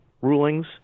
rulings